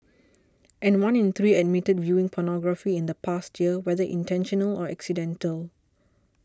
and one in three admitted viewing pornography in the past year whether intentional or accidental